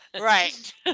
Right